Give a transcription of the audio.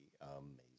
amazing